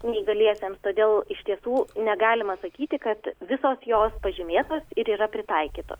neįgaliesiems todėl iš tiesų negalima sakyti kad visos jos pažymėtos ir yra pritaikytos